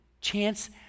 chance